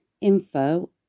info